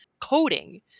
coding